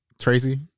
Tracy